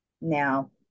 Now